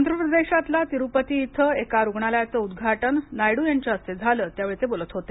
आंध्र प्रदेशातल्या तिरुपती इथं एका रुग्णालयाचं उद्घाटन नायडू यांच्या हस्ते झालं त्यावेळी ते बोलत होते